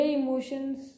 emotions